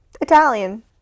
Italian